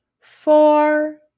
four